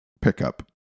pickup